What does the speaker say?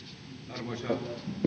arvoisa